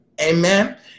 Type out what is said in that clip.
Amen